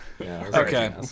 Okay